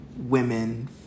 women